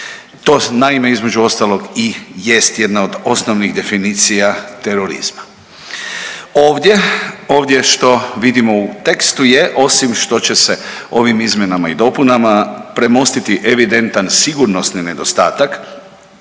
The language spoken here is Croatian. To naime između ostalog i jest jedna od osnovnih definicija terorizma. Ovdje što vidimo u tekstu je osim što će se ovim izmjenama i dopunama premostiti evidentan sigurnosni nedostatak